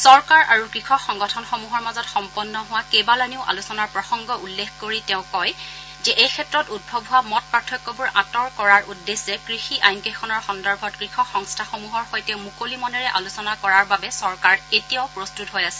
চৰকাৰ আৰু কৃষক সংগঠনৰসমূহৰ মাজত সম্পন্ন হোৱা কেইবালানিও আলোচনাৰ প্ৰসংগ উল্লেখ কৰি তেওঁ কয় যে এই ক্ষেত্ৰত উদ্ভৱ হোৱা মত পাৰ্থক্যবোৰ আঁতৰ কৰাৰ উদ্দেশ্যে কৃষি আইনকেইখনৰ সন্দৰ্ভত কৃষক সংস্থাসমূহৰ সৈতে মুকলি মনেৰে আলোচনা কৰাৰ বাবে চৰকাৰ এতিয়াও প্ৰস্তুত হৈ আছে